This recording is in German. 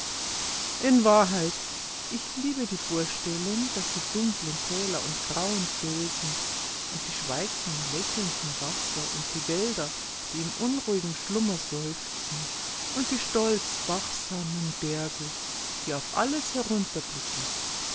in wahrheit ich liebe die vorstellung daß die dunklen täler und grauen felsen und die schweigsam lächelnden wasser und die wälder die in unruhigem schlummer seufzen und die stolzen wachsamen berge die auf alles